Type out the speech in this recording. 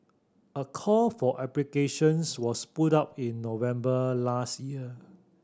a call for applications was put out in November last year